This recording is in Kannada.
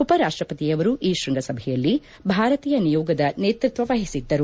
ಉಪರಾಷ್ಷಪತಿಯವರು ಈ ಶೃಂಗಸಭೆಯಲ್ಲಿ ಭಾರತೀಯ ನಿಯೋಗದ ನೇತೃತ್ವ ವಹಿಸಿದ್ದರು